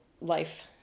life